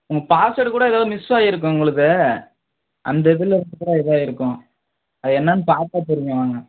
உங்கள் பாஸ்வேர்டு கூட ஏதாவது மிஸ் ஆகிருக்கும் உங்களுது அந்த இதிலேருந்து தான் ஏதோ ஆகிருக்கும் அது என்னென்னு பார்த்தா தெரியும் வாங்க